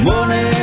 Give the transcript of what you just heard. Money